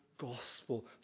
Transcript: gospel